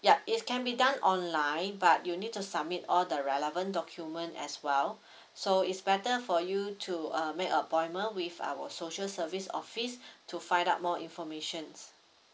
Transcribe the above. yup it can be done online but you need to submit all the relevant document as well so is better for you to uh make appointment with our social service office to find out more information